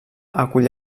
acull